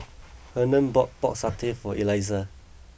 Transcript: Hernan bought Pork Satay for Elissa